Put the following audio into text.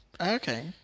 Okay